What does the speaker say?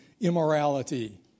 immorality